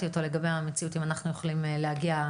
אני לא מקבלת את הסודיות הזאת שבה אתה לא יכול להגיד לנו אם הלכתם